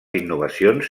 innovacions